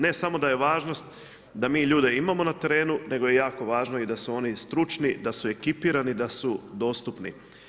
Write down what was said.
Ne samo da je važnost da mi ljude imamo na terenu nego je jako važno da su oni stručni, ekipirani, da su dostupni.